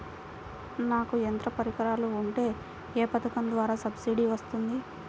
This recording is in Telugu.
నాకు యంత్ర పరికరాలు ఉంటే ఏ పథకం ద్వారా సబ్సిడీ వస్తుంది?